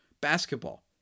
basketball